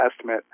estimate